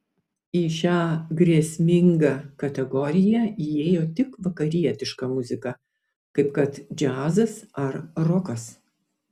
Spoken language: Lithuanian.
į šią grėsmingą kategoriją įėjo tik vakarietiška muzika kaip kad džiazas ar rokas